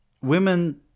women